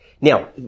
Now